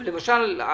אבל למשל,